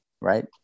Right